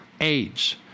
AIDS